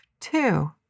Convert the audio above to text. two